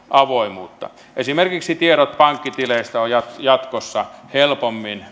avoimuutta esimerkiksi tiedot pankkitileistä ovat jatkossa helpommin